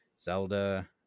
Zelda